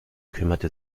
kümmerte